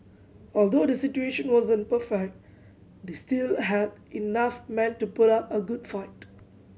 although the situation wasn't perfect they still had enough men to put up a good fight